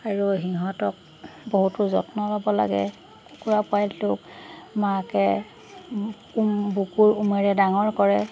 আৰু সিহঁতক বহুতো যত্ন ল'ব লাগে কুকুৰা পোৱালিটোক মাকে উম বুকুৰ উমেৰে ডাঙৰ কৰে